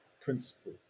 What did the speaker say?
principle